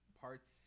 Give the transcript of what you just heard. parts